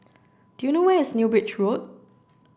do you know where is New Bridge Road